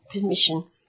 permission